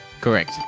correct